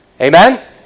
Amen